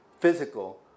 physical